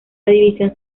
división